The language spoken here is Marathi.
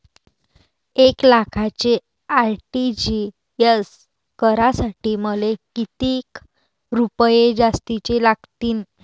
एक लाखाचे आर.टी.जी.एस करासाठी मले कितीक रुपये जास्तीचे लागतीनं?